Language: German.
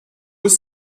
ist